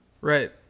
Right